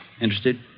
Interested